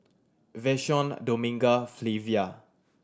Vashon Dominga Flavia